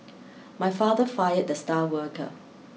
my father fired the star worker